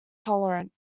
tolerant